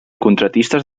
contractistes